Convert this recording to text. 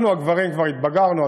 אנחנו הגברים כבר התבגרנו,